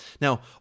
now